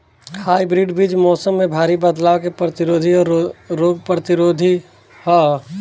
hybrid बीज मौसम में भारी बदलाव के प्रतिरोधी और रोग प्रतिरोधी ह